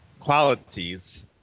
qualities